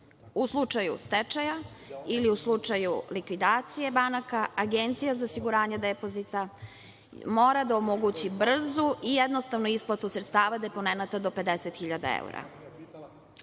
U slučaju stečaja ili u slučaju likvidacije banaka, Agencija za osiguranje depozita mora da omogući brzu i jednostavnu isplatu sredstava deponenata do 50 hiljada